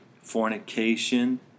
fornication